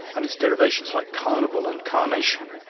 and its derivations, like carnival and carnation.